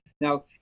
now